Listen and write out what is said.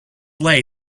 lay